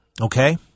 okay